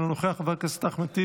אינו נוכח, חבר הכנסת אחמד טיבי,